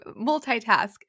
multitask